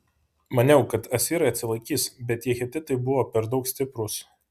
maniau kad asirai atsilaikys bet tie hetitai buvo per daug stiprūs